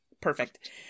Perfect